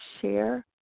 share